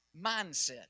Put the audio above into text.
mindset